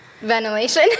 ventilation